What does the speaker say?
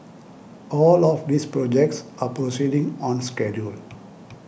all of these projects are proceeding on schedule